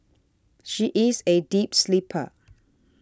she is a deep sleeper